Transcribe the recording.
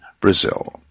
Brazil